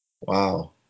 Wow